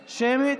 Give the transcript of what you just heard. שמית,